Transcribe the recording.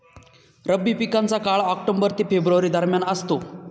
रब्बी पिकांचा काळ ऑक्टोबर ते फेब्रुवारी दरम्यान असतो